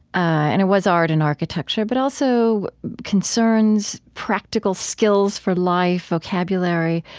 and it was art and architecture but also concerns, practical skills for life, vocabulary.